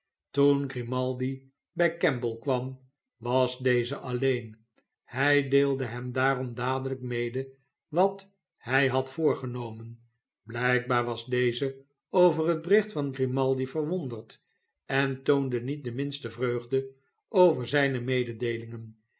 toen grimaldi bij kemble kwam was deze alleen hij deelde hem daarom dadelijk mede wat hij had voorgenomen blijkbaar was deze over het bericht van grimaldi verwonderd en toonde niet de minste vreugde over zijne mededeelingen